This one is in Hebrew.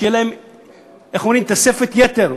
שתהיה להם תוספת יתר,